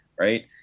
right